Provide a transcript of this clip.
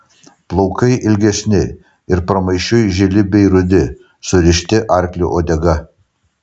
plaukai ilgesni ir pramaišiui žili bei rudi surišti arklio uodega